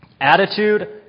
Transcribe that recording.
Attitude